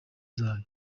zayo